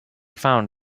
found